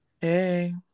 Hey